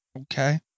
Okay